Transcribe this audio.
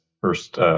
first